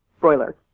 broiler